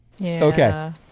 Okay